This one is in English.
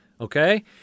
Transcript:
Okay